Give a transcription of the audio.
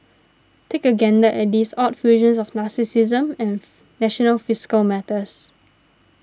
take a gander at these odd fusions of narcissism and national fiscal matters